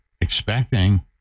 expecting